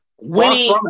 Winnie